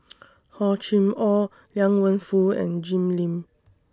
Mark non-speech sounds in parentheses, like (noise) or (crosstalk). (noise) Hor Chim Or Liang Wenfu and Jim Lim